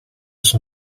son